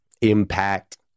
impact